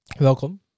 welcome